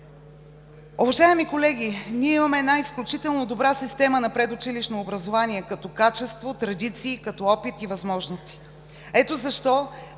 Уважаеми колеги, ние имаме една изключително добра система на предучилищно образование като качество, традиции, като опит и възможности. Ето защо